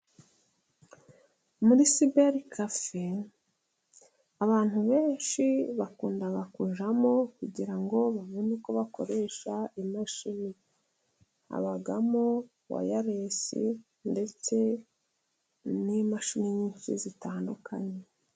Muri siberi kafe， abantu benshi bakunda kuyijyamo， kugira ngo babone uko bakoresha imashini， habamo wayaresi， ndetse n'imashini nyinshi zitandukanye.